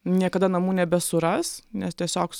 niekada namų nebesuras nes tiesiog